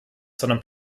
sondern